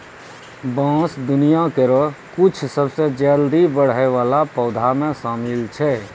बांस दुनिया केरो कुछ सबसें जल्दी बढ़ै वाला पौधा म शामिल छै